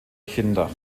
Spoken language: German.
kinder